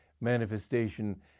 manifestation